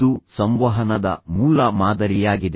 ಇದು ಸಂವಹನದ ಮೂಲ ಮಾದರಿಯಾಗಿದೆ